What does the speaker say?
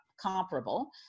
comparable